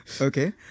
okay